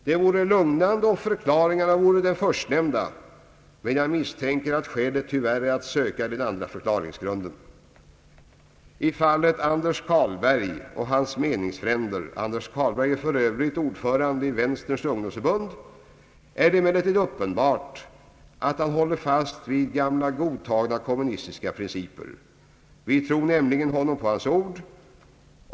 Det vore lugnande om förklaringen vore den förstnämnda, men jag misstänker att skälet tyvärr är att söka i den andra förklaringsgrunden. I fallet Anders Carlberg och hans meningsfränder — Anders Carlberg är för övrigt ordförande i Vänsterns ungdomsförbund — är det emellertid uppenbart att han håller fast vid gamla godtagna kommunistiska principer. Vi tror nämligen honom på hans ord.